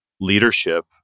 leadership